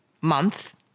month